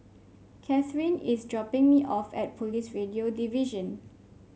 Kathrine is dropping me off at Police Radio Division